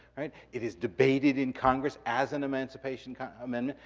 it is debated in congress as an emancipation kind of um and